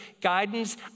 guidance